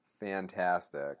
fantastic